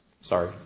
Sorry